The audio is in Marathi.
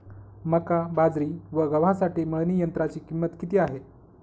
मका, बाजरी व गव्हासाठी मळणी यंत्राची किंमत किती आहे?